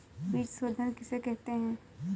बीज शोधन किसे कहते हैं?